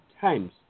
times